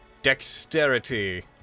Dexterity